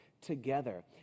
Together